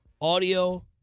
audio